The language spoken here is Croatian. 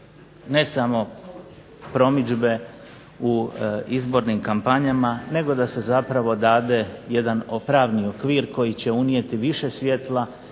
ne samo promidžbe u izbornim kampanjama, nego da se zapravo dade jedan pravni okvir koji će unijeti više svjetla